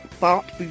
Bart